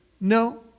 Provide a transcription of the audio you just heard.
No